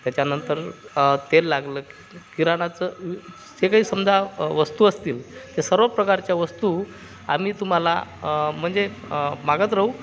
त्याच्यानंतर तेल लागलं किराणाचं जे काही समजा वस्तू असतील त्या सर्व प्रकारच्या वस्तू आम्ही तुम्हाला म्हणजे मागत राहू